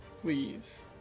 Please